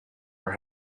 were